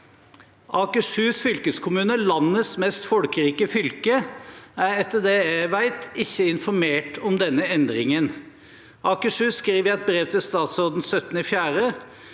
Akershus fylkeskommune, landets mest folkerike fylke, er – etter det jeg vet – ikke informert om denne endringen. Akershus skriver i et brev til statsråden den